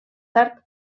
tard